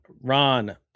Ron